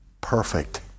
perfect